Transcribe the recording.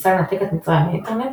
ניסה לנתק את מצרים מהאינטרנט,